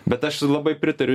bet aš labai pritariu